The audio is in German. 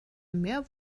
mehr